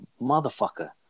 motherfucker